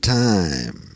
time